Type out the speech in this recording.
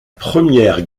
première